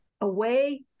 away